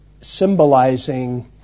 symbolizing